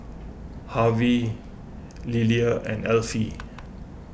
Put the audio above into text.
Harvy Lilia and Elfie